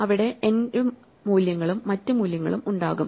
അവിടെ എന്റെ മൂല്യങ്ങളും മറ്റ് മൂല്യങ്ങളും ഉണ്ടാകും